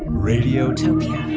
radiotopia